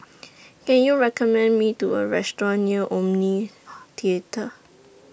Can YOU recommend Me A Restaurant near Omni Theatre